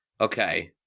Okay